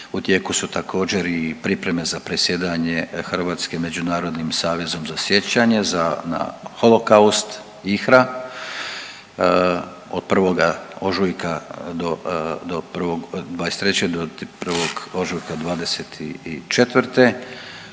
U tijeku su također i pripreme za predsjedanje Hrvatske Međunarodnim savezom za sjećanje za na holokaust IHRA od 1. ožujka do 1. '23. do 1. ožujka